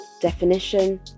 definition